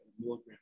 milligram